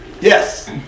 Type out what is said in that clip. Yes